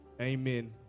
amen